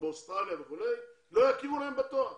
באוסטרליה וכולי, לא יכירו להם בתואר